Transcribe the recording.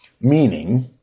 meaning